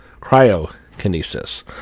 Cryokinesis